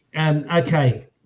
Okay